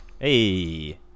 Hey